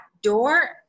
door